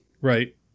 Right